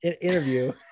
interview